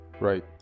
Right